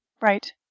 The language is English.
Right